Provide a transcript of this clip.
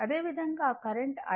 అదేవిధంగా current I